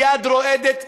ביד רועדת,